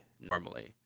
normally